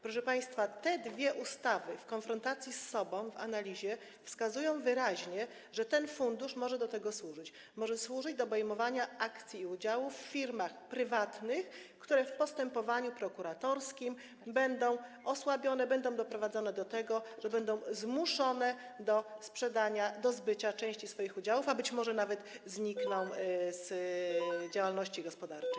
Proszę państwa, te dwie ustawy w konfrontacji z sobą, po analizie wskazują wyraźnie, że ten fundusz może do tego służyć: może służyć do obejmowania akcji i udziałów w firmach prywatnych, które w postępowaniu prokuratorskim będą osłabione, będą doprowadzone, zmuszone do sprzedania, do zbycia części swoich udziałów, a być może nawet znikną, zaprzestaną działalności gospodarczej.